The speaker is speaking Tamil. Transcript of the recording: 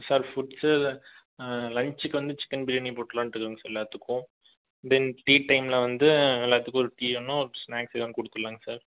சார் ஃபுட்ஸ்ஸு லஞ்சுக்கு வந்து சிக்கன் பிரியாணி போட்டுறலான்ட்டு இருக்கங்க சார் எல்லாத்துக்கும் தென் டீ டைம்மில் வந்து எல்லாத்துக்கும் ஒரு டீ ஒன்று ஒரு ஸ்நாக்ஸ் எதாவது கொடுத்துறலாங் சார்